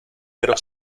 pero